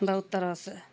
बहुत तरह से